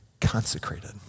consecrated